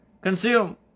consume